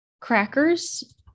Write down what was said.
Crackers